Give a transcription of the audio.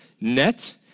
net